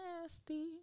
nasty